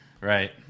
Right